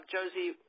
Josie